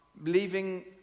leaving